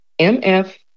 MF